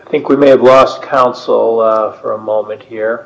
i think we may have lost counsel for a moment here